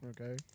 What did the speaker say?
Okay